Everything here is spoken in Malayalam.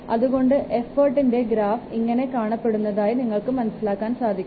അതുകൊണ്ട് എഫോർട്ടിൻറെ ഗ്രാഫ് ഇങ്ങനെ കാണപ്പെടുന്നതായി നിങ്ങൾക്ക് മനസ്സിലാക്കാൻ സാധിക്കും